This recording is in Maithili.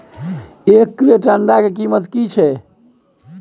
एक क्रेट अंडा के कीमत की छै?